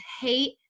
hate